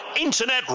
internet